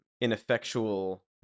ineffectual